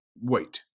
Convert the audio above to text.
wait